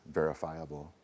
verifiable